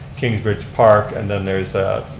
kingsbridge park. and then there's a